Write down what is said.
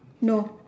no